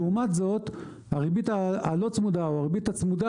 לעומת זאת הריבית הלא צמודה או הריבית הצמודה